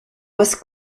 was